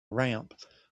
ramp